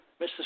Mr